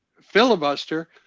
filibuster